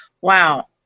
wow